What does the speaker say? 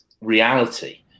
reality